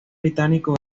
británico